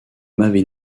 m’avez